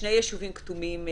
שני יישובים כתומים,